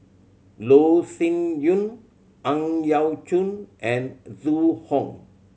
Loh Sin Yun Ang Yau Choon and Zhu Hong